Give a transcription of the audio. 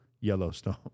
Yellowstone